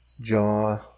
Jaw